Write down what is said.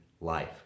life